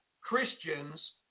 Christians